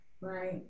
right